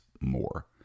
more